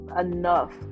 enough